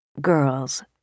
Girls